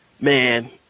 man